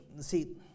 See